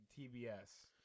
tbs